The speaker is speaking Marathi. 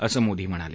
असं मोदी म्हणाले